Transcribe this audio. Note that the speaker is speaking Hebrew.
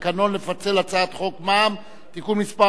לתקנון לפצל הצעת חוק מס ערך מוסף (תיקון מס'